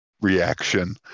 reaction